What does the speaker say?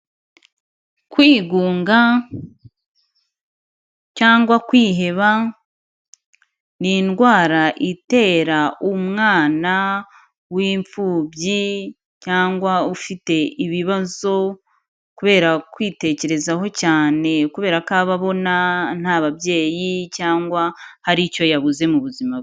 Kwigunga cyangwa kwiheba ni indwara itera umwana w'imfubyi cyangwa ufite ibibazo kubera kwitekerezaho cyane kubera ko aba abona nta babyeyi cyangwa hari icyo yabuze mu buzima bwe.